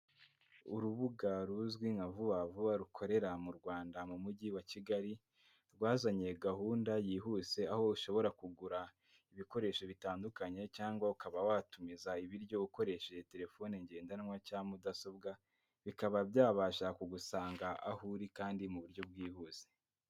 Urubuga ruzwi nka Vuba Vuba rukorera mu Rwanda mu mujyi wa Kigali, rwazanye gahunda yihuse, aho ushobora kugura ibikoresho bitandukanye cyangwa ukaba watumiza ibiryo ukoresheje terefone ngendanwa cyangwa mudasobwa, bikaba byabasha kugusanga aho uri kandi mu buryo bwihuse.